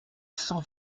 cent